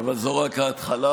אבל זו רק ההתחלה.